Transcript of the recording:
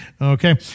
Okay